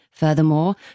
Furthermore